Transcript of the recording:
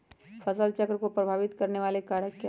फसल चक्र को प्रभावित करने वाले कारक क्या है?